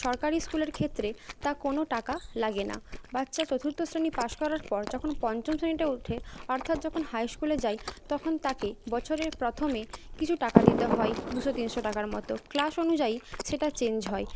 সরকারি স্কুলের ক্ষেত্রে তা কোনো টাকা লাগে না বাচ্চা চতুর্থ শ্রেণি পাস করার পর যখন পঞ্চম শ্রেণিতে ওঠে অর্থাৎ যখন হাই স্কুলে যায় তখন তাকে বছরের প্রথমে কিছু টাকা দিতে হয় দুশো তিনশো টাকার মতো ক্লাস অনুযায়ী সেটা চেঞ্জ হয়